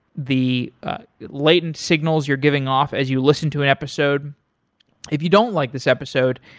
the latent signals you're giving off as you listen to an episode if you don't like this episode,